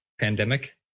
pandemic